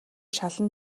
шалан